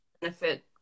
benefit